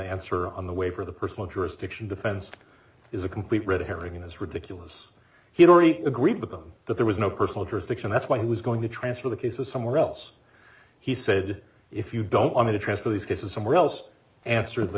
answer on the waiver the personal jurisdiction defense is a complete red herring is ridiculous he had already agreed with them that there was no personal jurisdiction that's why he was going to transfer the case to somewhere else he said if you don't want to transfer these cases somewhere else answer the